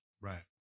Right